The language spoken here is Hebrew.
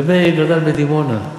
ומאיר גדל בדימונה.